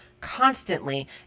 constantly